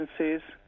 agencies